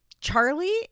Charlie